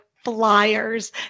flyers